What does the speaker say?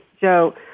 joe